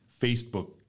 Facebook